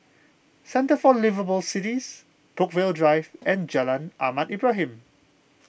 Centre for Liveable Cities Brookvale Drive and Jalan Ahmad Ibrahim